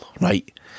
Right